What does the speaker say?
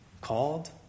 called